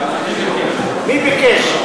מי ביקש?